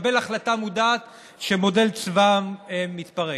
נקבל החלטה מודעת שמודל צבא העם מתפרק.